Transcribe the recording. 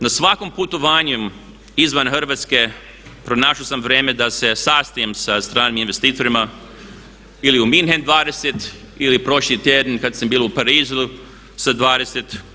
Na svakom putovanju izvan Hrvatske pronašao sam vrijeme da se sastanem sa stranim investitorima ili u München 20 ili prošli tjedan kad sam bio u Parizu sa 20.